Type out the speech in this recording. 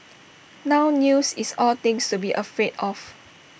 now news is all things to be afraid of